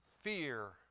fear